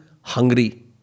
hungry